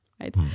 right